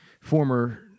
former